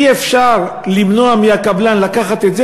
אי-אפשר למנוע מהקבלן לקחת את זה,